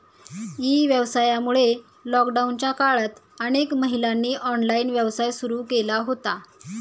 E व्यवसायामुळे लॉकडाऊनच्या काळात अनेक महिलांनी ऑनलाइन व्यवसाय सुरू केला होता